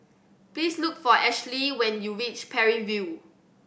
please look for Ashely when you reach Parry View